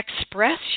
Express